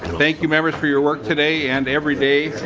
thank you members for your work today and every day.